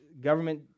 government